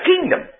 kingdom